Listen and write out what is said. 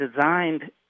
designed